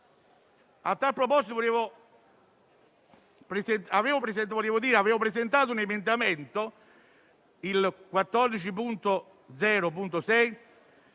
A tal proposito avevo presentato l'emendamento 14.0.6,